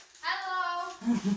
hello